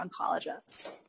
oncologists